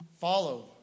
follow